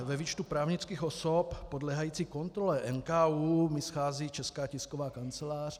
Ve výčtu právnických osob podléhajících kontrole NKÚ mi schází Česká tisková kancelář.